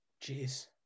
Jeez